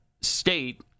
state